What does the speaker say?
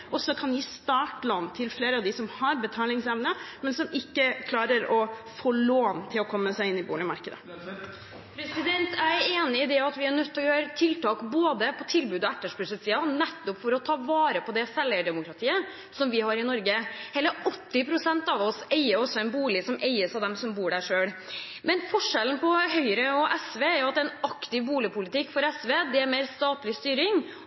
også kan gi startlån til flere av dem som har betalingsevne, men som ikke klarer å få lån til å komme seg inn på boligmarkedet. Jeg er enig i at vi er nødt til å gjøre tiltak på både tilbuds- og etterspørselssiden nettopp for å ta vare på det selveierdemokratiet som vi har i Norge. Hele 80 pst. av oss eier en bolig som eies av dem som bor der selv. Forskjellen på Høyre og SV er at en aktiv boligpolitikk for SV er mer statlig styring